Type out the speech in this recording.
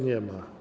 Nie ma.